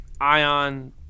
Ion